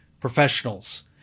professionals